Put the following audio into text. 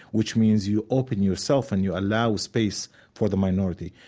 which means you open yourself and you allow space for the minority,